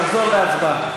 תחזור להצבעה.